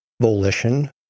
volition